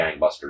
Gangbusters